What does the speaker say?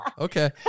Okay